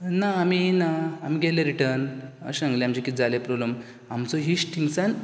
ना आमी येयना आमी गेले रिटर्न अशे सांगले आमचे कितें जालें प्रोब्लम आमचो इश्ट थिंगसान